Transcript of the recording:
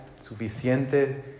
suficiente